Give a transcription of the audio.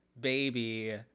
baby